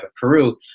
Peru